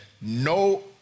no